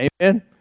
Amen